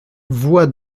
voie